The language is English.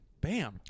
Bam